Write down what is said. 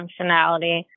functionality